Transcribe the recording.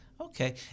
Okay